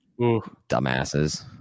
dumbasses